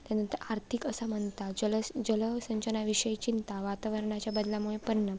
त्यानंतर आर्थिक असमनता जल जलसिंचनाविषयी चिंता वातावरणाच्या बदलामुळे परिणाम